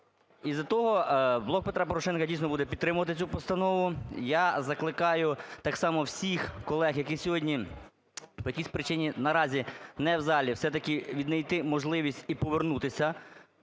Із-за того "Блок Петра Порошенка" дійсно буде підтримувати цю постанову. Я закликаю так само всіх колег, які сьогодні по якійсь причині наразі не в залі, все-таки віднайти можливість і повернутися